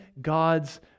God's